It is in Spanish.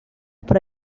para